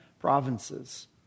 provinces